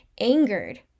angered